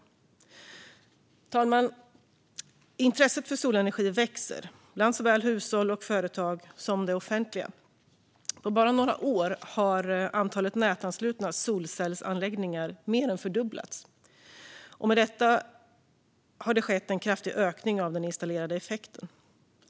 Fru talman! Intresset för solenergi växer bland såväl hushåll och företag som det offentliga. På bara några år har antalet nätanslutna solcellsanläggningar mer än fördubblats, och med detta har det skett en kraftig ökning av den installerade effekten.